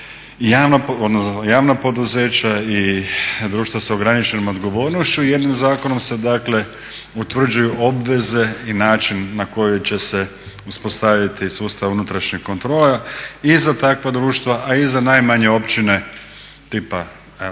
javna poduzeća i društva s ograničenom odgovornošću. Jednim zakonom se dakle utvrđuju obveze i način na koji će se uspostaviti sustav unutrašnjih kontrola i za takva društva, a i za najmanje općine tipa